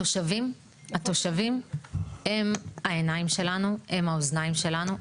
התושבים הם העיניים שלנו, הם האוזניים שלנו.